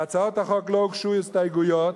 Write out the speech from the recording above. להצעת החוק לא הוגשו הסתייגויות,